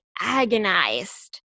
agonized